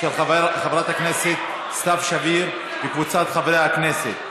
של חברת הכנסת סתיו שפיר וקבוצת חברי הכנסת.